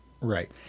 Right